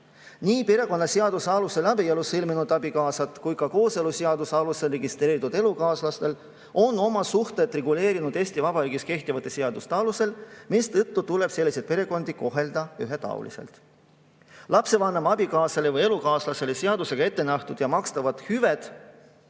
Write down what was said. Nii perekonnaseaduse alusel abielu sõlminud abikaasad kui ka kooseluseaduse alusel registreeritud elukaaslased on oma suhted reguleerinud Eesti Vabariigis kehtivate seaduste alusel, mistõttu tuleb selliseid perekondi kohelda ühetaoliselt. Lapse vanema abikaasale või elukaaslasele seadusega ette nähtud hüved,